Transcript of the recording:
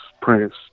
Prince